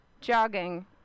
jogging